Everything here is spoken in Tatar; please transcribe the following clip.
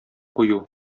кую